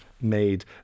made